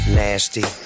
nasty